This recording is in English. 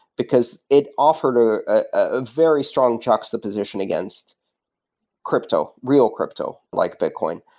because it offered a ah very strong juxtaposition against crypto, real crypto, like bitcoin.